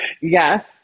Yes